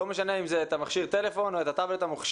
לא משנה אם זה את המכשיר טלפון או את הטאבלט המוקשח,